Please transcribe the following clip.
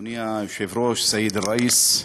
אדוני היושב-ראש, סעיד אל-ראיס,